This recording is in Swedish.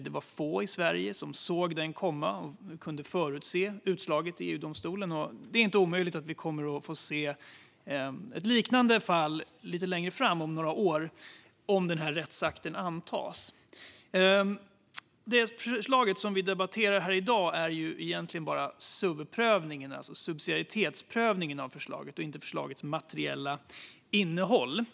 Det var få i Sverige som såg den komma och kunde förutse utslaget i EU-domstolen. Det är inte omöjligt att vi kommer att få se ett liknande fall lite längre fram om några år om den här rättsakten antas. Det vi debatterar här i dag är egentligen bara subsidiaritetsprövningen av förslaget och inte förslagets materiella innehåll.